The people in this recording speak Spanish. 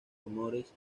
rumores